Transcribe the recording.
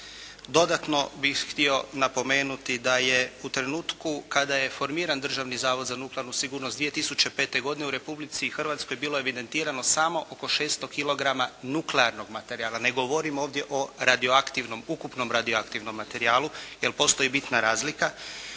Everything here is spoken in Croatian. Dodatno bih htio napomenuti da je u trenutku kada je formiran Državni zavod za nuklearnu sigurnost 2005. godine u Republici Hrvatskoj bilo evidentirano samo oko 600 kilograma nuklearnog materijala, ne govorim ovdje o radioaktivnom, ukupnom radioaktivnom materijalu, jer postoji bitna razlika.